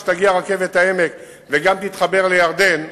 ותגיע רכבת העמק וגם תתחבר לירדן,